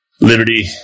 Liberty